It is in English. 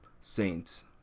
saints